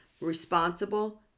responsible